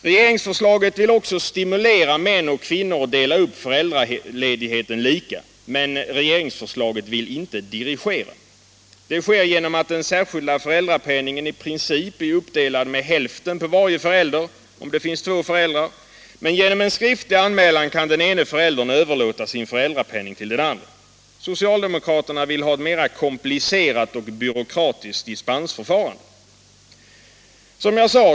Regeringsförslaget vill stimulera män och kvinnor att dela upp föräldraledigheten lika — men regeringsförslaget vill inte dirigera. Det sker genom att den särskilda föräldrapenningen i princip är uppdelad med hälften på varje förälder . Men genom en skriftlig anmälan kan den ene föräldern överlåta sin föräldrapenning till den andre. Socialdemokraterna vill ha ett mera komplicerat och byråkratiskt dispensförfarande.